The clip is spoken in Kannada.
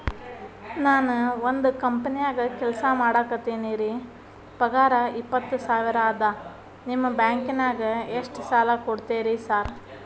ನಾನ ಒಂದ್ ಕಂಪನ್ಯಾಗ ಕೆಲ್ಸ ಮಾಡಾಕತೇನಿರಿ ಪಗಾರ ಇಪ್ಪತ್ತ ಸಾವಿರ ಅದಾ ನಿಮ್ಮ ಬ್ಯಾಂಕಿನಾಗ ಎಷ್ಟ ಸಾಲ ಕೊಡ್ತೇರಿ ಸಾರ್?